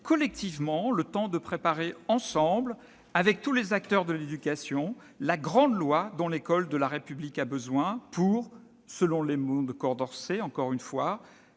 collectivement le temps de préparer ensemble, avec tous les acteurs de l'éducation, la grande loi dont l'école de la République a besoin, pour, selon les mots de Condorcet, « contribuer